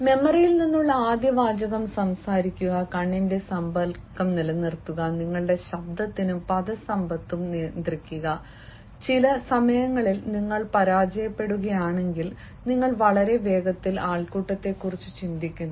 മെമ്മറിയിൽ നിന്നുള്ള ആദ്യ വാചകം സംസാരിക്കുക കണ്ണിന്റെ സമ്പർക്കം നിലനിർത്തുക നിങ്ങളുടെ ശബ്ദത്തിലും പദസമ്പത്തും നിയന്ത്രിക്കുക ചില സമയങ്ങളിൽ നിങ്ങൾ പരാജയപ്പെടുകയാണെങ്കിൽ നിങ്ങൾ വളരെ വേഗത്തിൽ ആൾക്കൂട്ടത്തെക്കുറിച്ച് ചിന്തിക്കുന്നു